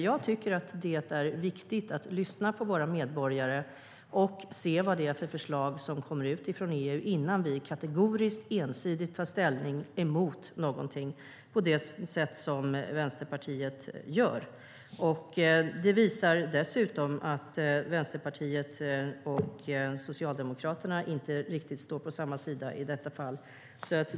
Jag tycker att det är viktigt att lyssna på våra medborgare och se vad det är för förslag som kommer från EU innan vi kategoriskt och ensidigt tar ställning mot någonting på det sätt som Vänsterpartiet gör. Det visar dessutom att Vänsterpartiet och Socialdemokraterna inte riktigt står på samma sida i detta fall.